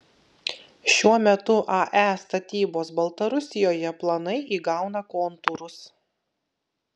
šiuo metu ae statybos baltarusijoje planai įgauna kontūrus